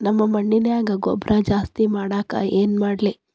ನಮ್ಮ ಮಣ್ಣಿನ್ಯಾಗ ಗೊಬ್ರಾ ಜಾಸ್ತಿ ಮಾಡಾಕ ಏನ್ ಮಾಡ್ಲಿ?